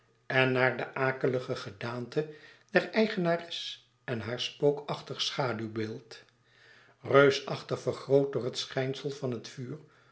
en naar de akelige gedaante der eigenares en haar spookachtig schaduwbeeld reusachtig vergroot door het schijnsel van het vuur